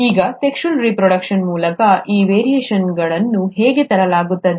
ಈಗ sexual reproduction ಮೂಲಕ ಈ ವೇರಿಯೇಷನ್ಗಳನ್ನು ಹೇಗೆ ತರಲಾಗುತ್ತದೆ